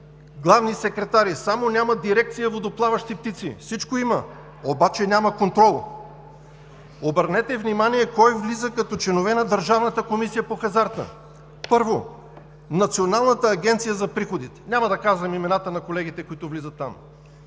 главни секретари – само няма дирекция „Водоплаващи птици“! Всичко има, обаче няма контрол. Обърнете внимание – кои влизат като членове на Държавната комисия по хазарта. Първо, Националната агенция за приходите – няма да казвам имената на колегите, които влизат там.